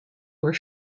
were